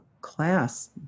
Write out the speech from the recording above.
class